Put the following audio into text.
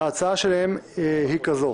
ההצעה שלהם היא כזו: